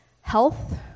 Health